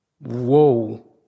Whoa